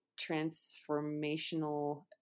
transformational